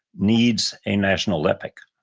needs a national epic.